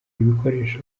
ibikoresho